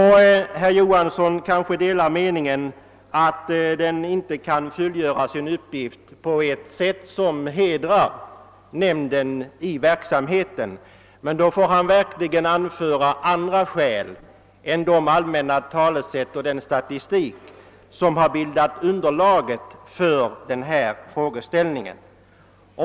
Herr Johansson kanske delar meningen att nämnden inte kan fullgöra sin uppgift på ett sätt som hedrar den, men då bör han verkligen anföra andra skäl än de allmänna talesätt och den statistik som har bildat underlaget för hans frågeställning.